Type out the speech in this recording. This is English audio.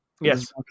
Yes